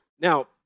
Now